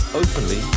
openly